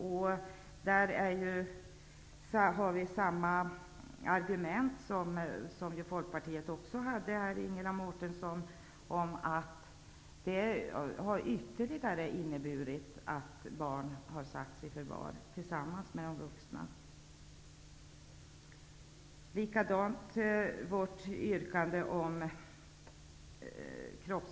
Vi har i det fallet samma argument som Ingela Mårtensson här förde fram för Folkpartiets räkning, nämligen att förvarstagande av vuxna har varit ännu en orsak till att också barn har satts i förvar.